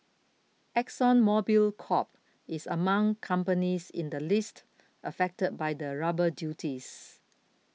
Exxon Mobil Corp is among companies in the list affected by the rubber duties